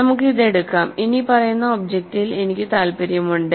നമുക്ക് ഇത് എടുക്കാം ഇനിപ്പറയുന്ന ഒബ്ജക്റ്റിൽ എനിക്ക് താൽപ്പര്യമുണ്ട്